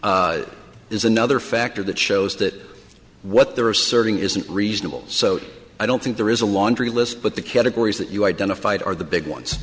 is another factor that shows that what they're asserting isn't reasonable so i don't think there is a laundry list but the categories that you identified are the big ones